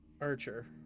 Archer